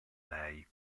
lei